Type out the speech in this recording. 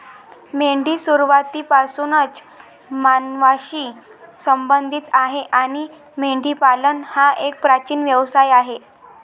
मेंढी सुरुवातीपासूनच मानवांशी संबंधित आहे आणि मेंढीपालन हा एक प्राचीन व्यवसाय आहे